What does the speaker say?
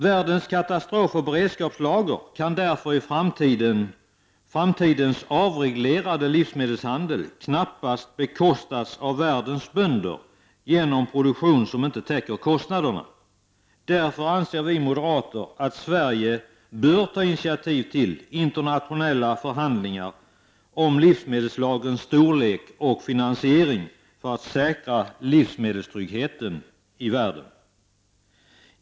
Världens katastrofoch beredskapslager kan därför i framtidens avreglerade livsmedelshandel knappast bekostas av världens bönder genom produktion som inte täcker kostnaderna. Vi moderater anser därför att Sverige bör ta initia tiv till internationella förhandlingar om livsmedelslagrens storlek och finansiering för att säkra livsmedelstryggheten i världen.